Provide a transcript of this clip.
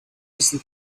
listen